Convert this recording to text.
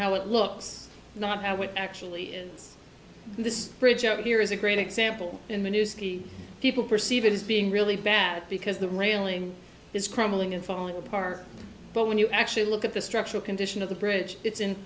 how it looks not have it actually this bridge over here is a great example in the news people perceive it as being really bad because the railing is crumbling and falling apart but when you actually look at the structural condition of the bridge it's in